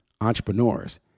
entrepreneurs